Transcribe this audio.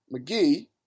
McGee